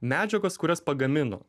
medžiagos kurias pagamino